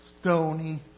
stony